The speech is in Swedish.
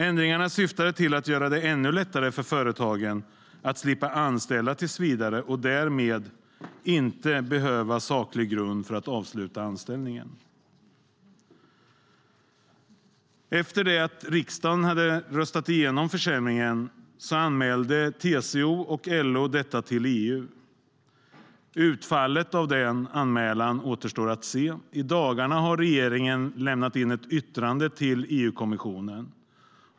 Ändringarna syftade till att göra det ännu lättare för företagen att slippa tillsvidareanställa och därmed inte behöva saklig grund för att avsluta anställningen. Efter att riksdagen röstat igenom försämringen anmälde LO och TCO detta till EU. Vad utfallet av den anmälan blir återstår att se. I dagarna har regeringen lämnat in ett yttrande till EU-kommissionen.